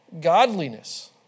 godliness